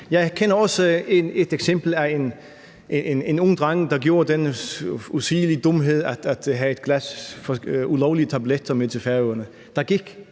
Jeg kender også et eksempel med en ung dreng, der gjorde den usigelige dumhed at have et glas ulovlige tabletter med til Færøerne.